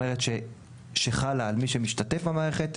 שחלה על מה שמשתתף במערכת,